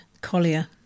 Collier